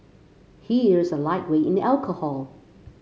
he is a lightweight in alcohol